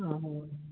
हाँ हाँ